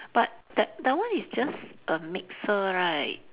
that that one is just a mixer right